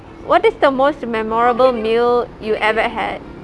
what is the most memorable meal you ever had